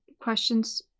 questions